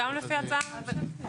גם לפי ההצעה הממשלתית.